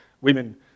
women